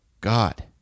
God